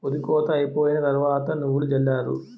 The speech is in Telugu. ఒరి కోత అయిపోయిన తరవాత నువ్వులు జల్లారు